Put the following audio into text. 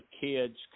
kids